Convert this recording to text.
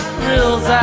thrills